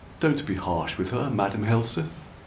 don't be harsh with her, madam helseth.